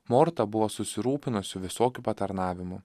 morta buvo susirūpinusi visokiu patarnavimu